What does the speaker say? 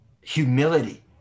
Humility